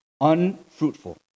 unfruitful